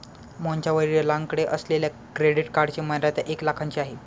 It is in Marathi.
मोहनच्या वडिलांकडे असलेल्या क्रेडिट कार्डची मर्यादा एक लाखाची आहे